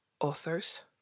authors